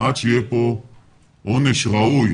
עד שיהיה כאן עונש ראוי